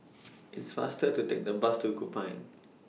It's faster to Take The Bus to Kupang